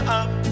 up